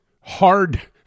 Hard